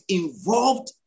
involved